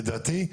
לדעתי,